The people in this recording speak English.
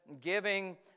giving